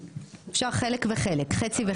אפשר חלק וחלק, חצי וחצי.